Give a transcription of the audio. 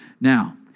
Now